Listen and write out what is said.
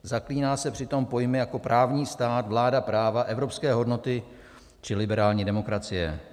Zaklíná se přitom pojmy jako právní stát, vláda práva, evropské hodnoty či liberální demokracie.